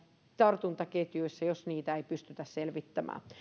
tartuntaketjuissa jos niitä ei pystytä selvittämään